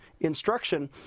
instruction